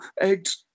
eggs